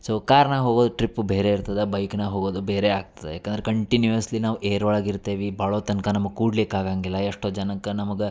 so ಕಾರ್ನಾಗ ಹೋಗೋದು trip ಬೇರೆ ಇರ್ತದ ಬೈಕ್ನಾಗ ಹೋಗೊದು ಬೇರೆ ಆಗ್ತದ ಯಾಕಂದ್ರ ಕಂಟಿನ್ಯೂವಸ್ಲಿ ನಾವು ಏರ್ ಒಳಗೆ ಇರ್ತೇವಿ ಬಾಳೋ ತನಕ ನಮ್ಗ ಕೂಡ್ಲಿಕ್ಕೆ ಆಗಂಗಿಲ್ಲ ಎಷ್ಟೊ ಜನಕ್ಕ ನಮಗೆ